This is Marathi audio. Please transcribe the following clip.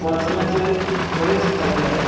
वाचण्याचे बरेच फायदे आहेत